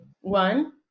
one